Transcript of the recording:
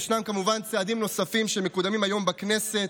ישנם כמובן צעדים נוספים שמקודמים היום בכנסת,